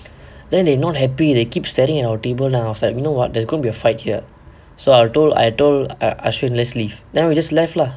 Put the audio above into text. then they not happy they keep staring at our table lah then I was like you know what there's gonna be a fight here so I told I told I I should just leave then we just left lah